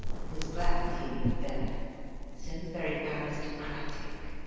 he was glad he lived there so very aristocratic!